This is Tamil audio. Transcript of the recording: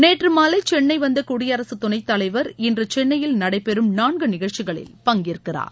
நேற்று மாலை சென்னை வந்த குடியரசு துணைத் தலைவர் இன்று சென்னையில் நடைபெறும் நான்கு நிகழ்ச்சிகளில் பங்கேற்கிறார்